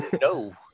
no